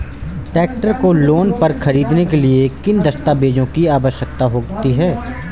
Tractor को loan पर खरीदने के लिए किन दस्तावेज़ों की आवश्यकता होती है?